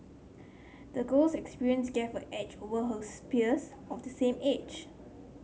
the girl's experience gave her edge over her peers of the same age